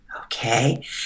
Okay